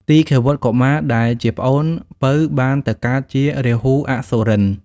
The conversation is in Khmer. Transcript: ទីឃាវុត្ត កុមារ ដែលជាប្អូនពៅបានទៅកើតជា រាហូអសុរិន្ទ។